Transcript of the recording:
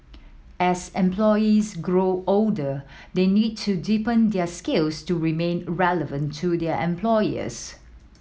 as employees grow older they need to deepen their skills to remain relevant to their employers